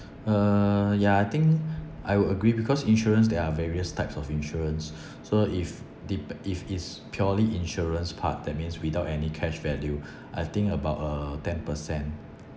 uh yeah I think I would agree because insurance there are various types of insurance so if dep~ if it's purely insurance part that means without any cash value I think about uh ten percent